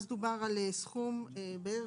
אז דובר על סכום של כ-3,800,